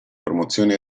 promozioni